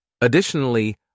Additionally